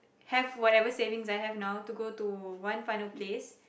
have whatever savings I have now to go to one final place